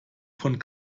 von